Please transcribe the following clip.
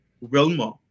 Wilma